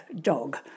dog